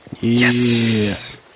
Yes